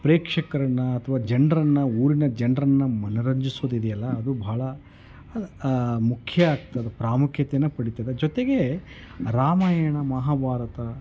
ಪ್ರೇಕ್ಷಕರನ್ನ ಅಥ್ವಾ ಜನರನ್ನ ಊರಿನ ಜನರನ್ನ ಮನರಂಜಿಸೋದಿದ್ಯಲ್ವ ಅದು ಬಹಳ ಮುಖ್ಯ ಆಗ್ತದೆ ಪ್ರಾಮುಖ್ಯತೆಯನ್ನ ಪಡಿತದೆ ಜೊತೆಗೆ ರಾಮಾಯಣ ಮಹಾಭಾರತ